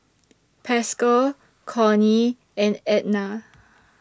Pascal Cornie and Edna